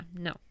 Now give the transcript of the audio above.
no